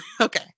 okay